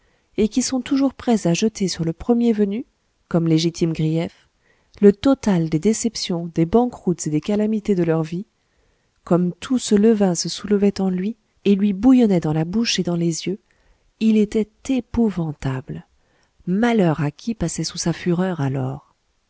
et qui sont toujours prêts à jeter sur le premier venu comme légitime grief le total des déceptions des banqueroutes et des calamités de leur vie comme tout ce levain se soulevait en lui et lui bouillonnait dans la bouche et dans les yeux il était épouvantable malheur à qui passait sous sa fureur alors